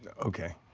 okay.